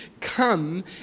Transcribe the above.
come